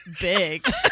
big